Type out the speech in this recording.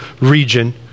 region